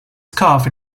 scarf